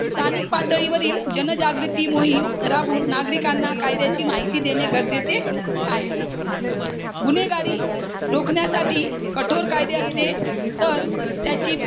स्थानिक पातळीवरील जनजागृती मोहीम राबवून नागरिकांना कायद्याची माहिती देणे गरजेचे आहे गुन्हेगारी रोखण्यासाठी कठोर कायदे असले तर त्याची